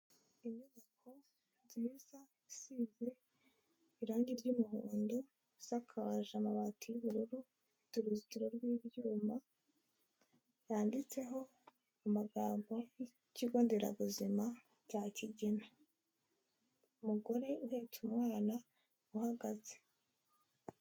Inyubako nziza isize irangi ry'umuhondo, isakaje amabati y'ubururu, ifite uruzitiro rw'ibyuma, yanditseho amagambo y'ikigo Nderabuzima cya kigina. Umugore uhetse umwana uhagaze.